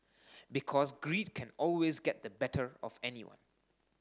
because greed can always get the better of anyone